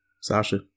Sasha